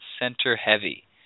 center-heavy